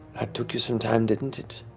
that took you some time, didn't it?